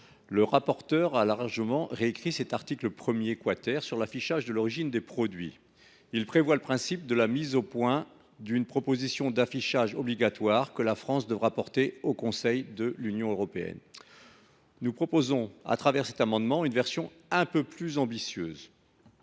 le rapporteur a largement réécrit cet article relatif à l’affichage de l’origine des produits, qui pose le principe de la mise au point d’une proposition d’affichage obligatoire que la France devra défendre devant le Conseil de l’Union européenne. Nous proposons au travers de cet amendement une version un peu plus ambitieuse,